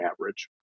average